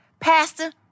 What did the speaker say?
Pastor